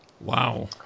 Wow